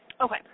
Okay